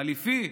חליפי.